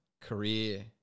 career